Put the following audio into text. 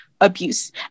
abuse